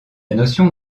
notion